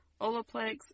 Olaplex